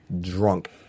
drunk